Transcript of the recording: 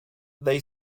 they